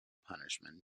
punishment